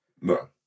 No